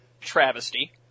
travesty